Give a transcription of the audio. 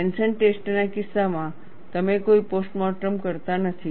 tension ટેસ્ટના કિસ્સામાં તમે કોઈ પોસ્ટમોર્ટમ કરતા નથી